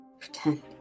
pretend